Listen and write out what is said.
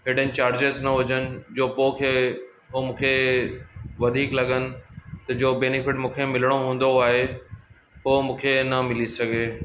hidden charges न हुजनि जो पोइ खे पोइ मूंखे वधीक लॻनि त जो बेनीफिट मूंखे मिलिणो हूंदो आहे पोइ मूंखे न मिली सघे